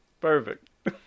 Perfect